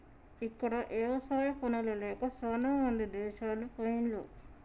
ఇక్కడ ఎవసాయా పనులు లేక చాలామంది దేశాలు పొయిన్లు